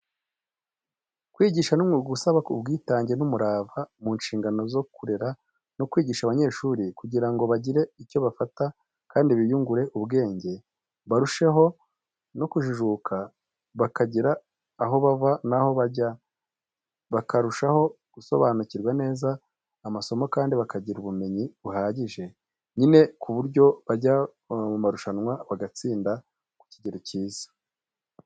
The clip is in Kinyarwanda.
Kwigisha ni umwuga usaba ubwitange n’umurava mu nshingano zo kurera no kwigisha abanyeshuri kugira ngo bagire icyo bafata kandi biyungure ubwenge barusheho no kujijuka bakagira aho bava naho bajya bakarushaho gusobanukirwa neza amasomo kandi bakagira ubumenyi buhagije, nyine ku buryo bajya mu murushanwa bagatsinda ku kigero cyiza.